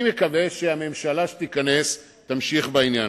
אני מקווה שהממשלה שתיכנס תמשיך בזה.